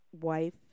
wife